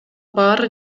баары